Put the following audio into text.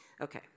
Okay